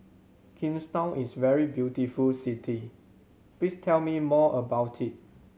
Kingstown is a very beautiful city please tell me more about it